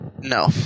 No